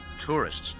tourists